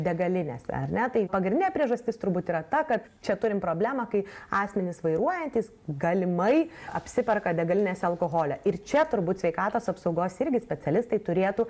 degalinėse ar ne tai pagrindinė priežastis turbūt yra ta kad čia turim problemą kai asmenys vairuojantys galimai apsiperka degalinėse alkoholio ir čia turbūt sveikatos apsaugos irgi specialistai turėtų